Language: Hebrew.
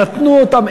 נתנו אותם.